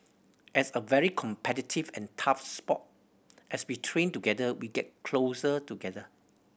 as a very competitive and tough sport as we train together we get closer together